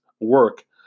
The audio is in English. work